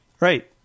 Right